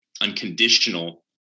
unconditional